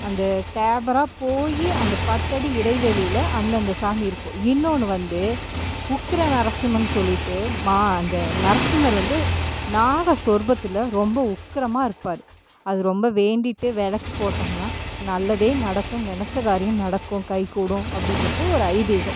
அந்த டேபரா போய் அந்த பத்தடி இடைவெளில் அந்தந்த சாமி இருக்கும் இன்னொன்னு வந்து உக்ர நரசிம்மன் சொல்லிகிட்டு மா அந்த நரசிம்மர் வந்து நாக சொர்பத்தில் ரொம்ப உக்ரமா இருப்பாரு அது ரொம்ப வேண்டிகிட்டு விளக்கு போட்டோம்னா நல்லதே நடக்கும் நினச்ச காரியம் நடக்கும் கைக்கூடும் அப்படிங்கிறது ஒரு ஐதீகம்